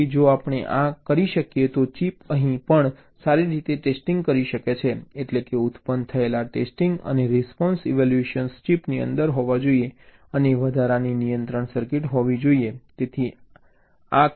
તેથી જો આપણે આ કરી શકીએ તો ચિપ અહીં સારી રીતે ટેસ્ટિંગ કરી શકે છે એટલેકે ઉત્પન્ન થયેલ આ ટેસ્ટિંગ અને રિસ્પોન્સ ઇવેલ્યુએશન ચિપની અંદર હોવા જોઈએ અને વધારાની નિયંત્રણ સર્કિટ હોવી જોઈએ